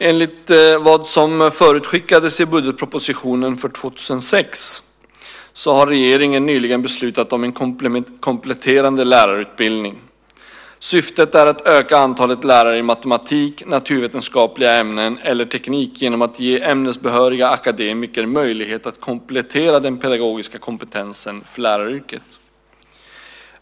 Enligt vad som förutskickades i budgetpropositionen för 2006 har regeringen nyligen beslutat om en kompletterande lärarutbildning. Syftet är att öka antalet lärare i matematik, naturvetenskapliga ämnen eller teknik genom att ge ämnesbehöriga akademiker möjlighet att komplettera den pedagogiska kompetensen för läraryrket.